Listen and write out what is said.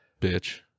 Bitch